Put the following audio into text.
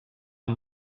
amb